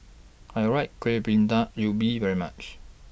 I Right Kuih Bingka Ubi very much